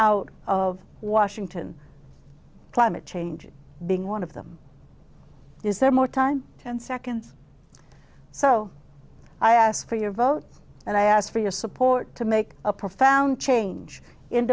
out of washington climate change being one of them is there more time ten seconds so i ask for your vote and i ask for your support to make a profound change in